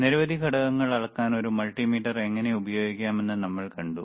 നിരവധി ഘടകങ്ങൾ അളക്കാൻ ഒരു മൾട്ടിമീറ്റർ എങ്ങനെ ഉപയോഗിക്കാമെന്ന് നമ്മൾ കണ്ടു